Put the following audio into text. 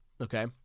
Okay